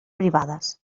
privades